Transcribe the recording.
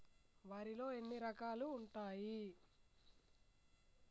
వరిలో ఎన్ని రకాలు ఉంటాయి?